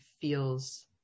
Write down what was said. feels